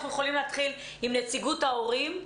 עם נציגות ההורים.